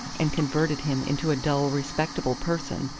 and converted him into a dull, respectable person,